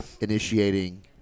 initiating